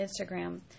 Instagram